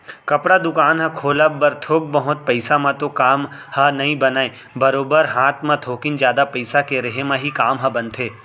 कपड़ा दुकान ह खोलब बर थोक बहुत पइसा म तो काम ह नइ बनय बरोबर हात म थोकिन जादा पइसा के रेहे म ही काम ह बनथे